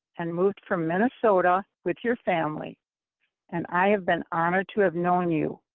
and moved from minnesota with your family and i have been honored to have known you,